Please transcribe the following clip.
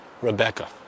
Rebecca